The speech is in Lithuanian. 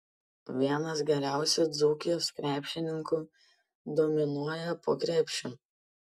vienas geriausių dzūkijos krepšininkų dominuoja po krepšiu